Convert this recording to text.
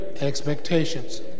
expectations